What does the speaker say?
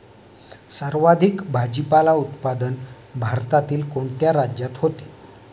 सर्वाधिक भाजीपाला उत्पादन भारतातील कोणत्या राज्यात होते?